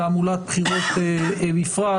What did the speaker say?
תעמולת בחירות בפרט,